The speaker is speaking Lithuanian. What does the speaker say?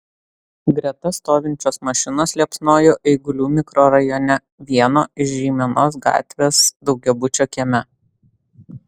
greta stovinčios mašinos liepsnojo eigulių mikrorajone vieno iš žeimenos gatvės daugiabučio kieme